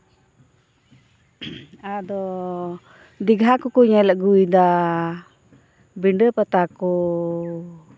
ᱟᱫᱚ ᱫᱤᱜᱷᱟ ᱠᱚᱠᱚ ᱧᱮᱞ ᱟᱹᱜᱩᱭᱫᱟ ᱵᱤᱸᱰᱟᱹ ᱯᱟᱛᱟ ᱠᱚ